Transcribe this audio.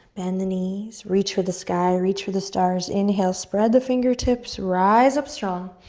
bend the knees, reach for the sky, reach for the stars. inhale, spread the fingertips, rise up strong,